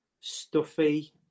stuffy